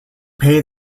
pay